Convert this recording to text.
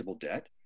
debt